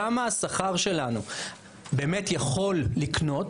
כמה השכר שלנו באמת יכול לקנות,